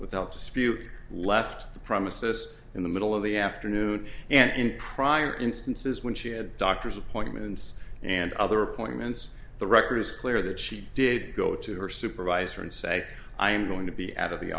spew left the premises in the middle of the afternoon and in prior instances when she had doctor's appointments and other appointments the record is clear that she did go to her supervisor and say i am going to be out of the